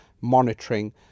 monitoring